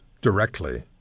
directly